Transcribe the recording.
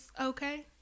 okay